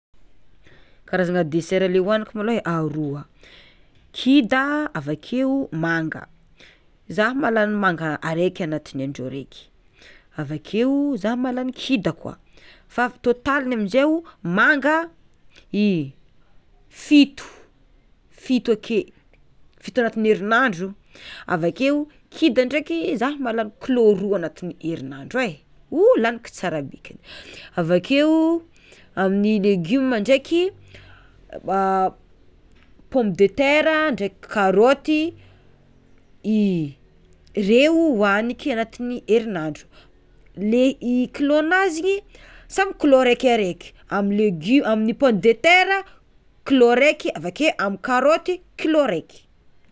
Karazana desera le hoagniko malôha aroa kida avakeo manga, zah mahalany manga araiky agnatin'ny andro araiky avakeo zah mahalany kida koa, fa totaliny amizay o manga i fito, fito ake, fito agnatin'ny herignandro, avakeo kida ndraiky zah mahalany kilao roa agnatin'ny herignandro e, oh laniko tsara be ke avakeo amin'ny legioma ndraiky pomme de tera ndraiky karaoty i reo hoaniky agnatin'ny herignandro le i kilaonazy igny samy kilao raika raika amle legi- amin'ny pomme de tera kilao raiky avakeo amy karaoty kilao raiky.